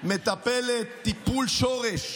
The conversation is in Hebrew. מטפלת טיפול שורש.